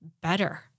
better